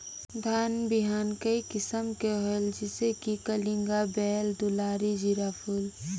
धान बिहान कई किसम के होयल जिसे कि कलिंगा, बाएल दुलारी, जीराफुल?